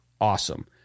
awesome